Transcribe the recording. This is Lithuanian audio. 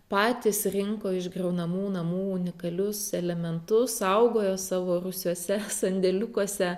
patys rinko iš griaunamų namų unikalius elementus saugojo savo rūsiuose sandėliukuose